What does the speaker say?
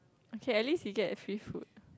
okay at least he get free food